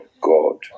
God